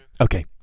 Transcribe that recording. Okay